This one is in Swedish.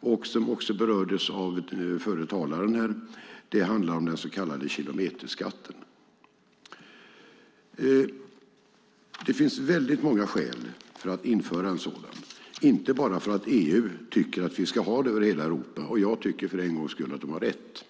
och som också berördes av förre talaren här handlar om den så kallade kilometerskatten. Det finns många skäl att införa en sådan, inte bara att EU tycker att vi ska ha det i hela Europa. Jag tycker för en gångs skull att de har rätt.